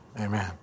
Amen